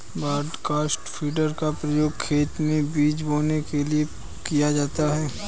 broadcast feeder का उपयोग खेत में बीज बोने के लिए किया जाता है